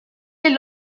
les